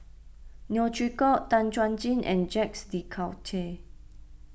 Neo Chwee Kok Tan Chuan Jin and Jacques De Coutre